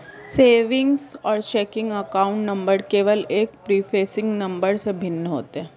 savings और checking account number केवल एक प्रीफेसिंग नंबर से भिन्न होते हैं